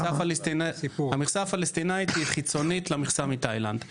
המכסה הפלסטינית היא חיצונית למכסה מתאילנד.